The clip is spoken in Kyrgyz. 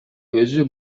өзү